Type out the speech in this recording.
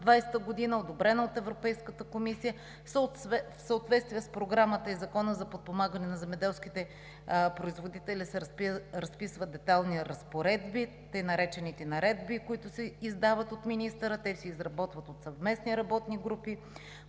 2020 г., одобрена е от Европейската комисия. В съответствие с Програмата и Закона за подпомагане на земеделските производители се разписват детайлни разпоредби, така наречените наредби, които се издават от министъра, те се изработват от съвместни работни групи.